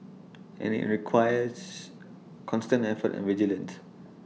and IT requires constant effort and vigilance